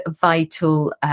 vital